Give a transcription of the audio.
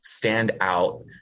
standout